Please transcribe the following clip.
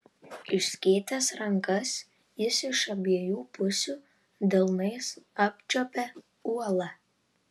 išskėtęs rankas jis iš abiejų pusių delnais apčiuopė uolą